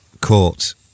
court